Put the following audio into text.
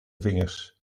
vingers